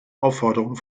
aufforderung